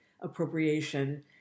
appropriation